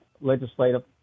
legislative